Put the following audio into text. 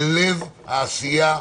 זה לב העשייה,